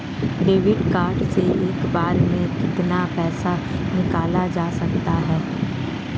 Debit card से एक बार में कितना पैसा निकाला जा सकता है?